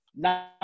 Now